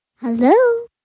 Hello